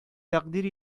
тәкъдир